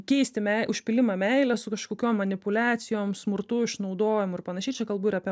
keisti me užpylimą meile su kažkokiom manipuliacijom smurtu išnaudojimu ir panašiai čia kalbu ir apie